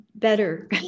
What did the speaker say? better